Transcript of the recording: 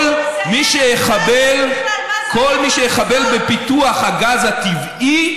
כל מי שיחבל בפיתוח הגז הטבעי,